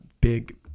big